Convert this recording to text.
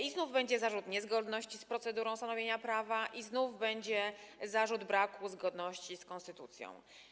I znów będzie zarzut niezgodności z procedurą stanowienia prawa, i znów będzie zarzut braku zgodności z konstytucją.